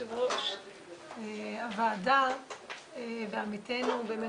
יושב ראש הוועדה ועמיתנו באמת,